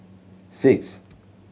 six